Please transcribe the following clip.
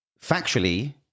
factually